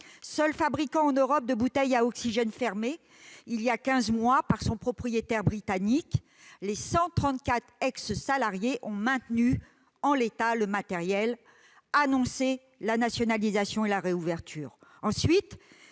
seul fabricant en Europe de bouteilles d'oxygène, usine fermée il y a quinze mois par son propriétaire britannique. Les 134 ex-salariés ont maintenu en état le matériel. Annoncez la nationalisation et la réouverture